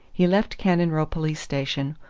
he left cannon row police station,